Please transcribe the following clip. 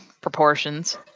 proportions